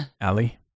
Ali